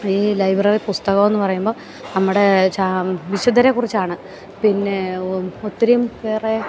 ഈ ലൈബ്രറി പുസ്തകം എന്നുപറയുമ്പോൾ നമ്മുടെ വിശുദ്ധരെക്കുറിച്ചാണ് പിന്നെ ഒത്തിരിയും വേറെ